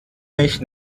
mich